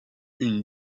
une